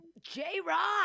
J-Rock